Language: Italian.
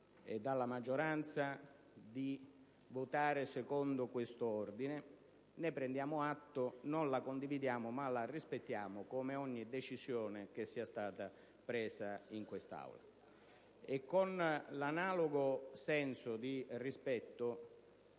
e dalla maggioranza di votare secondo questo ordine: ne prendiamo atto, non la condividiamo, ma la rispettiamo come ogni decisione assunta in quest'Aula. Con analogo senso di rispetto,